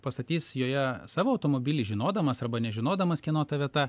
pastatys joje savo automobilį žinodamas arba nežinodamas kieno ta vieta